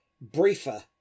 briefer